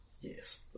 Yes